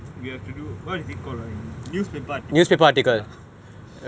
we have to what is it call in english newspaper article ya